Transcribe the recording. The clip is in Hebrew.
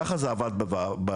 ככה זה עבד בעבר,